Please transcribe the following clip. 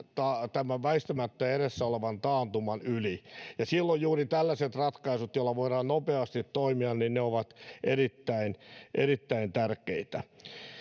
tämän väistämättä edessä olevan taantuman yli ja silloin juuri tällaiset ratkaisut joilla voidaan nopeasti toimia ovat erittäin erittäin tärkeitä